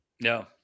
No